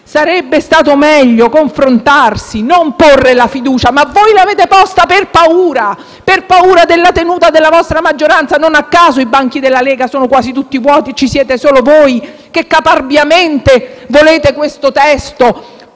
Sarebbe stato meglio confrontarsi, non porre la fiducia. Ma voi l'avete posta per paura; per paura della tenuta della vostra maggioranza. Non a caso i banchi della Lega sono quasi tutti vuoti e ci siete solo voi, che caparbiamente volete questo testo